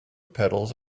pedals